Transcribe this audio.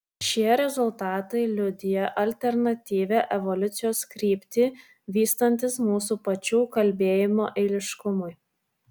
šie rezultatai liudija alternatyvią evoliucijos kryptį vystantis mūsų pačių kalbėjimo eiliškumui